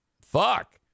fuck